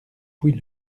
puis